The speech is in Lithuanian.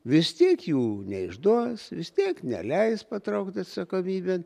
vis tiek jų neišduos vis tiek neleis patraukt atsakomybėn